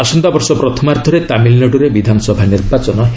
ଆସନ୍ତା ବର୍ଷ ପ୍ରଥମାର୍ଦ୍ଧରେ ତାମିଲନାଡ଼ୁରେ ବିଧାନସଭା ନିର୍ବାଚନ ହେବ